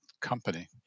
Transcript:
company